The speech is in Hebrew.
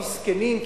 המסכנים,